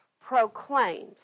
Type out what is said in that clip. proclaims